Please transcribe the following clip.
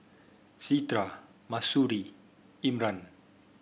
Citra Mahsuri Imran